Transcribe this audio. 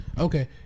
okay